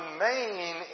remain